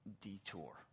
detour